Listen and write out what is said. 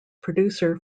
producer